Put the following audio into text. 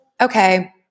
okay